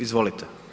Izvolite.